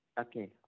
Okay